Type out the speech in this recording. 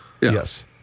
Yes